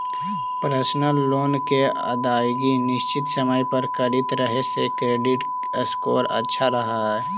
personal loan के अदायगी निश्चित समय पर करित रहे से क्रेडिट स्कोर अच्छा रहऽ हइ